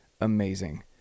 amazing